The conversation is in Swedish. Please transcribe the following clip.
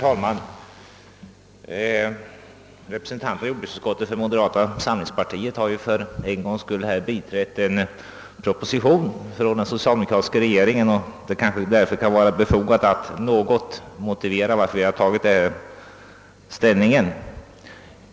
Herr talman! Moderata samlingspartiets representanter i jordbruksutskottet har för en gångs skull biträtt en proposition från den socialdemokratiska regeringen, och det kanske kan vara befogat att något motivera varför vi tagit den ställningen.